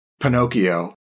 Pinocchio